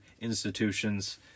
institutions